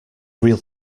real